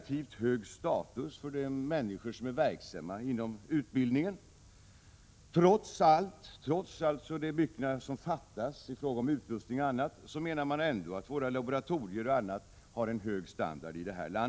Trots allt har de människor som är verksamma inom utbildningen fortfarande en relativt hög status. Trots att det är mycket som fattas i fråga om utrustning m.m. anser utredarna ändå att bl.a. laboratorierna i detta land har en hög standard.